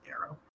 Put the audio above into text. arrow